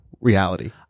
reality